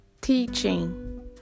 Teaching